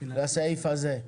לסעיף הזה.